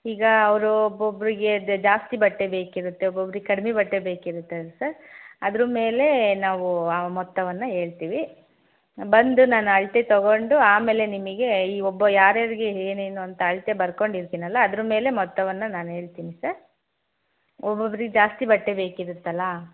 ಈಗ ಅವರು ಒಬ್ಬೊಬ್ಬರಿಗೆ ದ್ ಜಾಸ್ತಿ ಬಟ್ಟೆ ಬೇಕಿರುತ್ತೆ ಒಬ್ಬೊಬ್ರಿಗೆ ಕಡಿಮೆ ಬಟ್ಟೆ ಬೇಕಿರುತ್ತಲ್ಲ ಸರ್ ಅದ್ರೂ ಮೇಲೆ ನಾವು ಆ ಮೊತ್ತವನ್ನು ಹೇಳ್ತೀವಿ ಬಂದು ನಾನು ಅಳತೆ ತೊಗೊಂಡು ಆಮೇಲೆ ನಿಮಗೆ ಈ ಒಬ್ಬ ಯಾರು ಯಾರಿಗೆ ಏನೇನು ಅಂತ ಅಳತೆ ಬರ್ಕೊಂಡು ಇರ್ತೀನಲ್ಲ ಅದ್ರ ಮೇಲೆ ಮೊತ್ತವನ್ನು ನಾನು ಹೇಳ್ತೀನಿ ಸರ್ ಒಬ್ಬೊಬ್ರಿಗೆ ಜಾಸ್ತಿ ಬಟ್ಟೆ ಬೇಕಿರುತ್ತಲ್ಲ